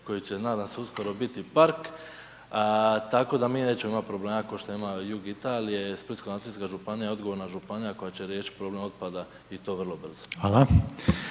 koje će nadam se uskoro biti park, tako da mi nećemo imat problema ko što ima jug Italije, Splitsko-dalmatinska županija je odgovorna županija koje će riješit problem otpada i to vrlo brzo.